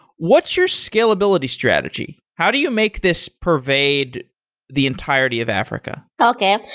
what's your scalability strategy? how do you make this purveyed the entirety of africa? okay.